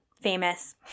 famous